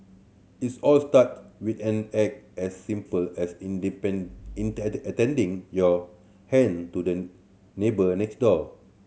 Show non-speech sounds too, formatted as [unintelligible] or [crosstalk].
its all start with an act as simple as [unintelligible] your hand to the neighbour next door